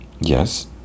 Yes